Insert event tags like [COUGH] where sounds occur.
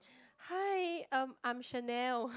hi um I'm Channel [BREATH]